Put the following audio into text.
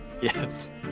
Yes